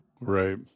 Right